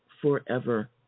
forever